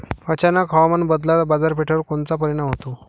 अचानक हवामान बदलाचा बाजारपेठेवर कोनचा परिणाम होतो?